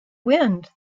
wind